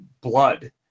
blood